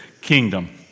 kingdom